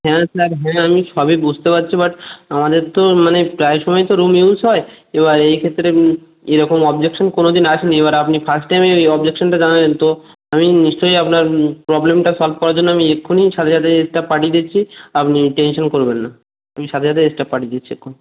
হ্যাঁ স্যার হ্যাঁ আমি সবই বুঝতে পারছি বাট আমাদের তো মানে প্রায় সমইয় তো রুম ইউজ হয় এবার এই ক্ষেত্রে এরকম অবজেকশন কোনওদিন আসেনি এবার আপনি ফার্স্ট টাইম এই অবজেকশনটা জানালেন তো আমি নিশ্চয়ই আপনার প্রবলেমটা সলভ করার জন্য আমি এক্ষুণি সাথে সাথে স্টাফ পাঠিয়ে দিচ্ছি আপনি টেনশন করবেন না আমি সাথে সাথে স্টাফ পাঠিয়ে দিচ্ছি এক্ষুণি